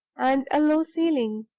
and a low ceiling.